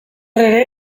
ere